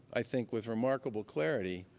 i think with remarkable clarity,